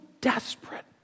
desperate